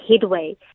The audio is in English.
headway